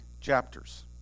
chapters